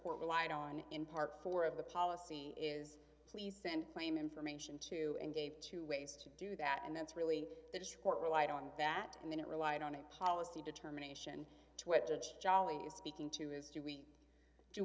court relied on in part four of the policy is please send claim information to and gave two ways to do that and that's really the short relied on that and then it relied on a policy determination to it judge jolly is speaking to is do we do